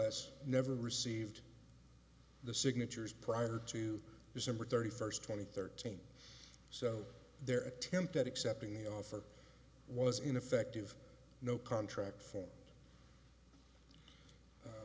s never received the signatures prior to december thirty first twenty thirteen so their attempt at accepting the offer was ineffective no contract for